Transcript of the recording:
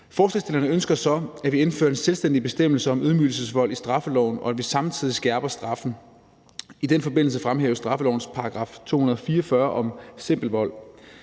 Forslagsstillerne ønsker så, at vi indfører en selvstændig bestemmelse om ydmygelsesvold i straffeloven, og at vi samtidig skærper straffen. I den forbindelse fremhæves straffelovens § 244 om simpel vold.